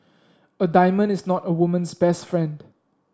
a diamond is not a woman's best friend